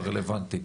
אתה רלוונטי,